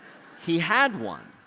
he had one.